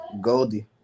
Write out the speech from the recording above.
Goldie